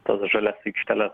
tas žalias aikšteles